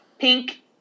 pink